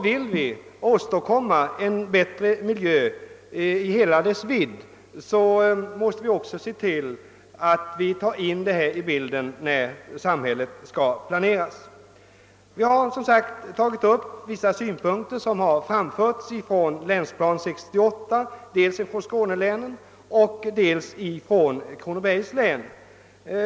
Vill vi åstadkomma en bättre miljö i stort, måste vi ta hänsyn till detta vid planeringen av samhället 1 Övrigt. Vi har som sagt tagit upp vissa synpunkter som anförs i länsplan 68 dels från skånelänen, dels från Kronobergs län.